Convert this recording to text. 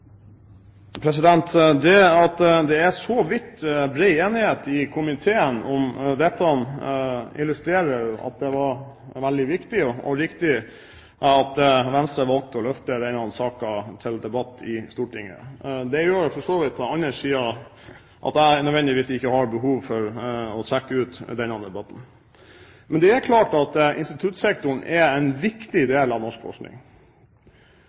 så vidt bred enighet i komiteen om dette, illustrerer at det var veldig viktig og riktig at Venstre valgte å løfte denne saken til debatt i Stortinget. Det gjør for så vidt at jeg på den andre siden ikke nødvendigvis har behov for å trekke ut denne debatten. Men det er klart at instituttsektoren er en viktig del av norsk forskning.